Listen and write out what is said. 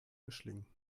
mischling